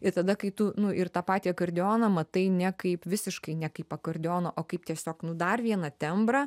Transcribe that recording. ir tada kai tu nu ir tą patį akordeoną matai ne kaip visiškai ne kaip akordeoną o kaip tiesiog nu dar vieną tembrą